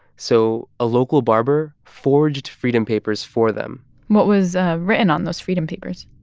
so a local barber forged freedom papers for them what was written on those freedom papers?